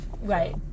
right